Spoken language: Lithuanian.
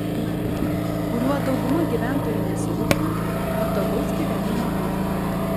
name kuriuo dauguma gyventojų nesirūpina patogaus gyvenimo būti negali